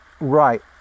Right